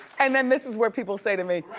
and then this is where people say to me,